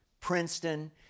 Princeton